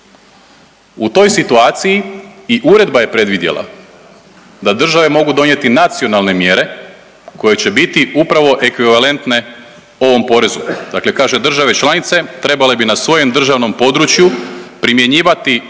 U toj situaciji i uredba je predvidjela da države mogu donijeti nacionalne mjere koje će biti upravo ekvivalentne ovom porezu, dakle kaže države članice trebale bi na svojem državnom području primjenjivati